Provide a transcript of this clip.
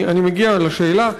אני מגיע לשאלה.